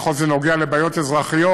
ככל שזה נוגע לבעיות אזרחיות.